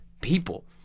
people